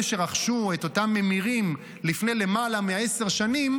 אלה שרכשו את אותם הממירים לפני למעלה מעשר שנים,